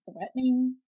threatening